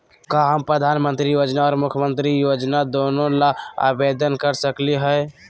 का हम प्रधानमंत्री योजना और मुख्यमंत्री योजना दोनों ला आवेदन कर सकली हई?